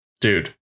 Dude